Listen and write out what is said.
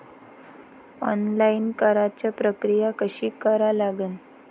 Online कराच प्रक्रिया कशी करा लागन?